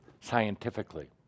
scientifically